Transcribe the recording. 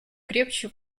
крепче